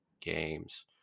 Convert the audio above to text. games